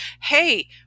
Hey